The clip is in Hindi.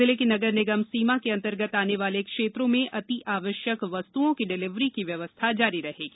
जिले की नगर निगम सीमा के अन्तर्गत आने वाले क्षेत्रों में अति आवश्यक वस्तुओं की डिलेवरी की व्यवस्था जारी रहेगी